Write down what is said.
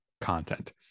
content